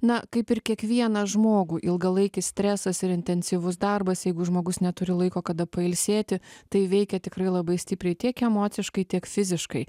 na kaip ir kiekvieną žmogų ilgalaikis stresas ir intensyvus darbas jeigu žmogus neturi laiko kada pailsėti tai veikia tikrai labai stipriai tiek emociškai tiek fiziškai